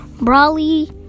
Brawly